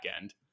end